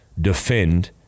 defend